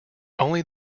only